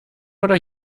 oder